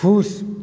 खुश